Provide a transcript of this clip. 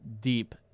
deep